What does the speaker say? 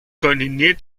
koordiniert